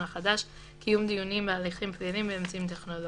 החדש) (קיום דיונים בהליכים פליליים באמצעים טכנולוגיים),